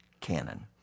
canon